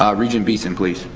um regent beeson, please.